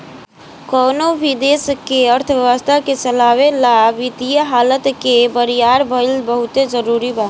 कवनो भी देश के अर्थव्यवस्था के चलावे ला वित्तीय हालत के बरियार भईल बहुते जरूरी बा